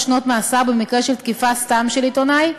שנות מאסר במקרה של תקיפת סתם של עיתונאי,